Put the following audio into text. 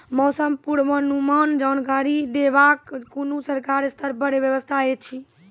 मौसम पूर्वानुमान जानकरी देवाक कुनू सरकारी स्तर पर व्यवस्था ऐछि?